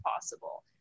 possible